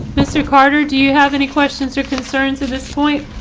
mr. carter, do you have any questions or concerns at this point?